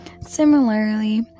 Similarly